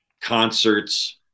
concerts